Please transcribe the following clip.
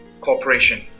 Corporation